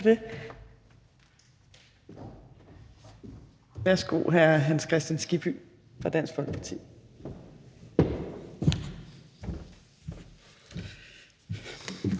Værsgo, hr. Hans Kristian Skibby fra Dansk Folkeparti.